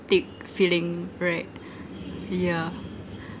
patriotic feeling right yeah